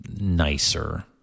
nicer